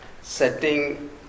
setting